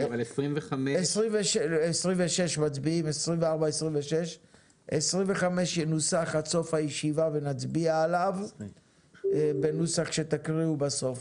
26. 25 ינוסח עד סוף הישיבה ונצביע עליו בנוסח שתקריאו בסוף.